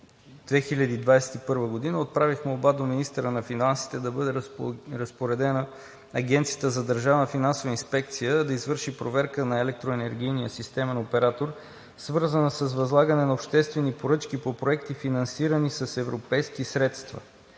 2021 г. отправих молба до министъра на финансите да бъде разпоредено Агенцията за държавна финансова инспекция да извърши проверка на Електроенергийния системен оператор, свързана с възлагане на обществени поръчки по проекти, финансирани с европейски средства.